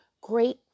great